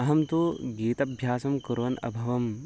अहं तु गीतभ्यासं कुर्वन् अभवम्